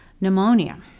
pneumonia